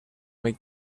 make